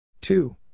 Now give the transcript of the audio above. two